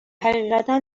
حقیقتا